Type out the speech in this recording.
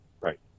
Right